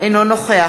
אינו נוכח